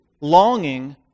longing